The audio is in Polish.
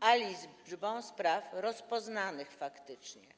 a liczbą spraw rozpoznanych faktycznie.